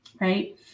right